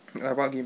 ah what game